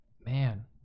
Man